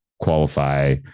qualify